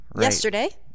yesterday